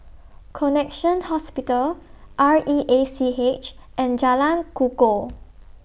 Connexion Hospital R E A C H and Jalan Kukoh